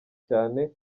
cyane